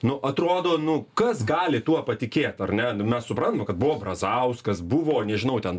nu atrodo nu kas gali tuo patikėt ar ne mes suprantam kad buvo brazauskas buvo nežinau ten